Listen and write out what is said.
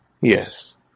Yes